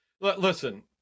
Listen